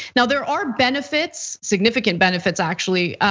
now there are benefits, significant benefits actually,